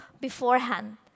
beforehand